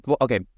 okay